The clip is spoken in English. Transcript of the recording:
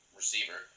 receiver